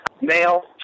male